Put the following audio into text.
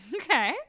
Okay